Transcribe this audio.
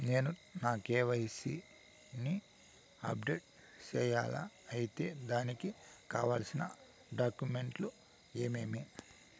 నేను నా కె.వై.సి ని అప్డేట్ సేయాలా? అయితే దానికి కావాల్సిన డాక్యుమెంట్లు ఏమేమీ?